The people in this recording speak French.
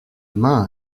main